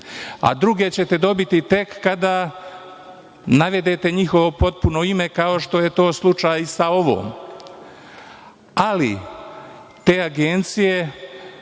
a druge ćete dobiti tek kada navedete njihovo potpuno ime, kao što je to slučaj i sa ovom. Te agencije